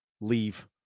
leave